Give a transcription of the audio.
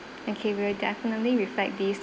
okay we will definitely reflect this